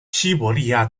西伯利亚